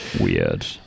Weird